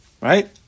Right